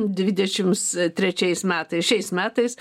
dvidešims trečiais metais šiais metais